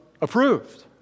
approved